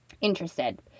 interested